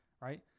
Right